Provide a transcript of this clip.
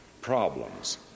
problems